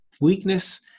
Weakness